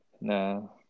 No